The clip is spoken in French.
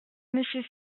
monsieur